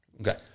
Okay